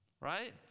right